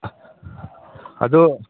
ꯑꯗꯣ